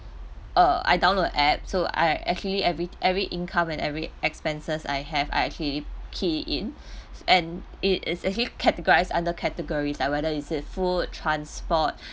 uh I download an app so I actually every every income and every expenses I have I actually key it in and it is actually categorised under categories like whether is food transport